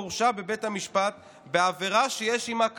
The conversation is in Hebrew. הורשע בבית משפט בעבירה שיש עימה קלון.